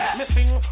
missing